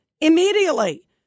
immediately